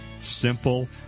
simple